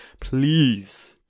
please